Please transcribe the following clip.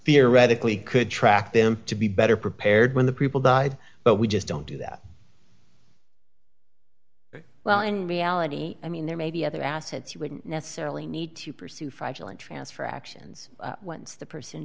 theoretically could track them to be better prepared when the people died but we just don't do that well in reality i mean there may be other assets you wouldn't necessarily need to pursue fraudulent transfer actions once the person